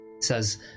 says